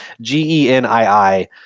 g-e-n-i-i